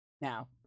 Now